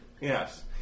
Yes